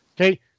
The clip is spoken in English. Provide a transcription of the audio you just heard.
okay